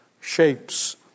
shapes